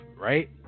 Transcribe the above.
right